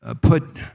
put